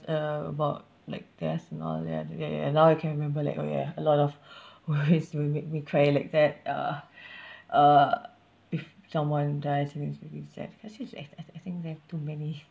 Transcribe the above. uh about like death and all that ya ya now I can remember like oh ya a lot of movies will make me cry like that uh uh if someone dies it makes me really sad cause it's have I I think they have too many